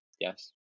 Yes